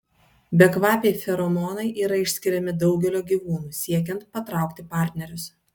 bekvapiai feromonai yra išskiriami daugelio gyvūnų siekiant patraukti partnerius